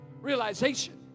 realization